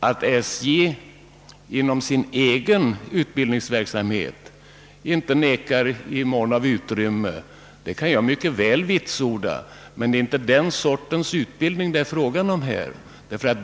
Att SJ inom sin egen utbildningsverksamhet inte nekar i mån av utrymme kan jag mycket väl vitsorda, men det är inte den sortens utbildning det är fråga om här.